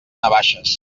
navaixes